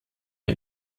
der